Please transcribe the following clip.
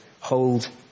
hold